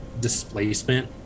displacement